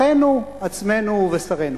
אחינו עצמנו ובשרנו.